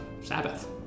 Sabbath